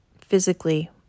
physically